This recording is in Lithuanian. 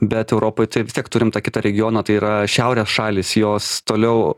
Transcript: bet europoj tai vis tiek turim tą kitą regioną tai yra šiaurės šalys jos toliau